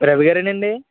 రవిగారేనండి